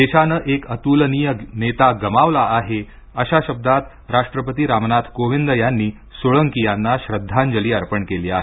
देशाने एक अतुलनीय नेता गमावला आहे अशा शब्दांत राष्ट्रपती रामनाथ कोविन्द यांनीसोळंकी यांना श्रद्धांजली अर्पण केली आहे